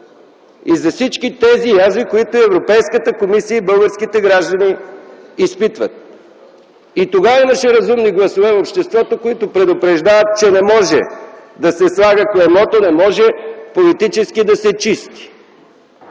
и за всички тези язви, които Европейската комисия и българските граждани изпитват. И тогава имаше разумни гласове в обществото, които предупреждаваха, че не може да се слага клеймото, не може политически да се чисти.